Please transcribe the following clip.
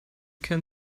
can